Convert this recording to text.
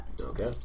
Okay